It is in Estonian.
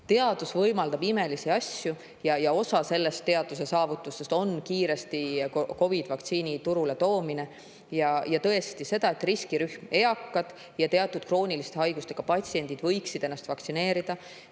Teadus võimaldab imelisi asju ja osa teaduse saavutustest on kiiresti COVID-i-vaktsiini turule toomine. Ja tõesti, soovitus, et riskirühm, eakad ja teatud krooniliste haigustega inimesed võiksid lasta ennast vaktsineerida,